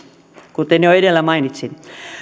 kuten jo edellä mainitsin